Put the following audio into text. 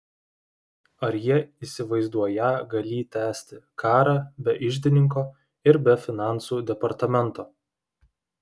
ar jie įsivaizduoją galį tęsti karą be iždininko ir be finansų departamento